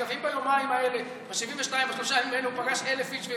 אבל אם בשלושת הימים האלה הוא פגש אלף איש?